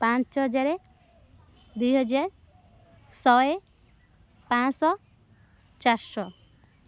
ପାଞ୍ଚ ହଜାର ଦୁଇ ହଜାର ଶହେ ପାଞ୍ଚ ଶହ ଚାରି ଶହ